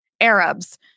Arabs